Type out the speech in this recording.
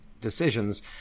decisions